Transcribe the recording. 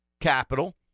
capital